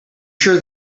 sure